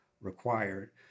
required